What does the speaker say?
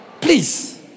Please